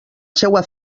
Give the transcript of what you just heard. seua